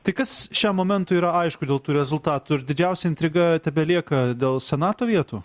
tai kas šiam momentui yra aišku dėl tų rezultatų ir didžiausia intriga tebelieka dėl senato vietų